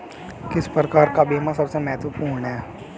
किस प्रकार का बीमा सबसे महत्वपूर्ण है?